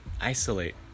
isolate